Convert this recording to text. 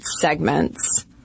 segments